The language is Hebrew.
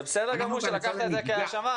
זה בסדר גמור שלקחת את זה כהאשמה,